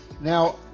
Now